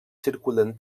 circulen